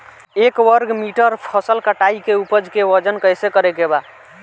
एक वर्ग मीटर फसल कटाई के उपज के वजन कैसे करे के बा?